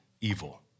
evil